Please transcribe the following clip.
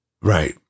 Right